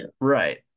Right